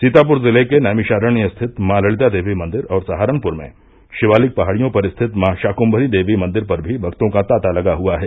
सीतापुर जिले के नैमियषारण स्थित मॉ ललिता देवी मंदिर और सहारनपुर में शिवालिक पहाड़ियों पर स्थित मॉ शाकुम्मरी देवी मंदिर पर भी भक्तों का तांता लगा हुआ है